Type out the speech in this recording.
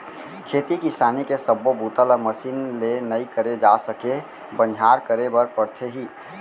खेती किसानी के सब्बो बूता ल मसीन ले नइ करे जा सके बनिहार करे बर परथे ही